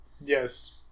Yes